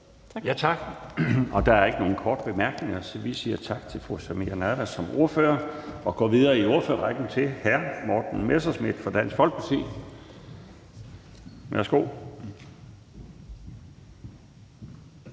Tak. Der er ikke nogen korte bemærkninger, så vi siger tak til fru Samira Nawa som ordfører og går videre i ordførerrækken til hr. Morten Messerschmidt fra Dansk Folkeparti. Værsgo.